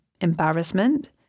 embarrassment